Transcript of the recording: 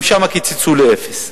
גם שם קיצצו לאפס.